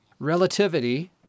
Relativity